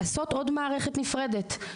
לעשות עוד מערכת נפרדת.